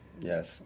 yes